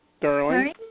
darling